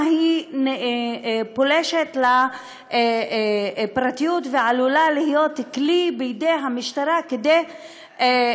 היא פולשת לפרטיות ועלולה להיות כלי בידי המשטרה כדי